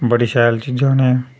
बडी शैल चीजां न एह्